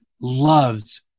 loves